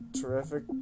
Terrific